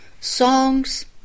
Songs